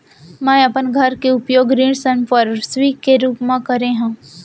मै अपन घर के उपयोग ऋण संपार्श्विक के रूप मा करे हव